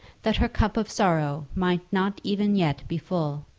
that her cup of sorrow might not even yet be full,